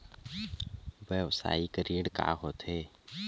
व्यवसायिक ऋण का होथे?